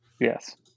Yes